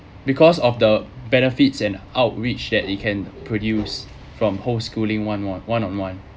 because of the benefits and outreach that you can produce from home schooling one one one on one